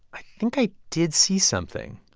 i think i did see something,